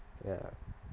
ya